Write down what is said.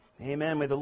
Amen